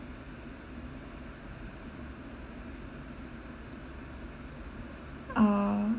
uh